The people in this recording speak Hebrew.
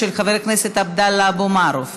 של חבר הכנסת עבדאללה אבו מערוף.